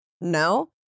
No